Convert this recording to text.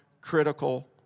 critical